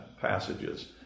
passages